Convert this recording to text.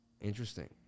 Interesting